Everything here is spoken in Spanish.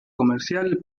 comercial